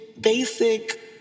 basic